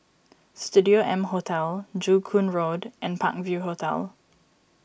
Studio M Hotel Joo Koon Road and Park View Hotel